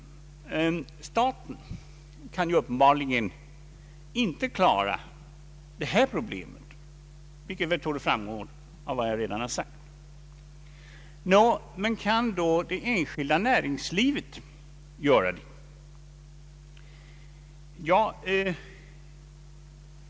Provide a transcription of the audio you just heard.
Staten kan uppenbarligen inte klara det här problemet, vilket torde framgå av vad jag redan har sagt. Nå, kan det enskilda näringslivet göra det?